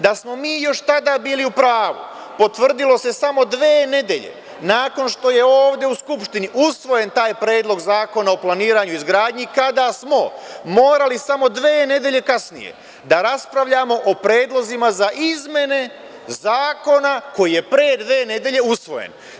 Da smo mi još tada bili u pravu potvrdilo se samo dve nedelje nakon što je ovde u Skupštini usvojen taj Predlog zakona o planiranju i izgradnji, kada smo morali samo dve nedelje kasnije da raspravljamo o predlozima za izmene zakona koji je pre dve nedelje usvojen.